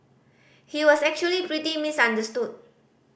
he was actually pretty misunderstood